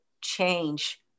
change